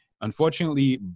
Unfortunately